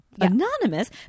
anonymous